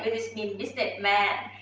ah this mean business man.